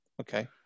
Okay